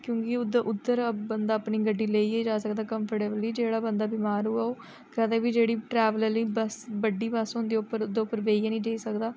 क्योंकि उद्धर उद्धर बंदा अपनी गड्डी लेइयै जा सकदा कंफटेवल जेह्ड़ा बंदा बिमार होऐ ओह् कदें बी जेह्ड़ी ट्रैविल आह्ली बस बड्डी बस होंंदे ओह्दे उप्पर बेहियै नेईं जाई सकदा